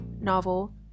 novel